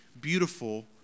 beautiful